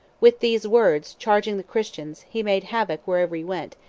with these words, charging the christians, he made havoc wherever he went,